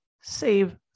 Save